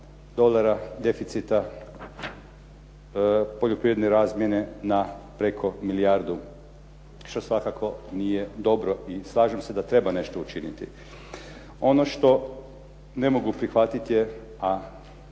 dolara deficita poljoprivredne razmjene na preko milijardu što svakako nije dobro i slažem se da treba nešto učiniti. Ono što ne mogu prihvatiti je a